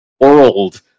world